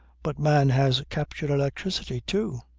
but man has captured electricity too.